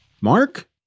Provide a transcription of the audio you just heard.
Mark